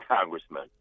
congressman